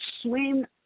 swim